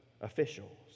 officials